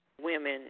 women